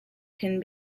can